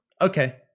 Okay